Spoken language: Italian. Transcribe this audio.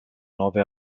nove